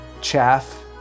chaff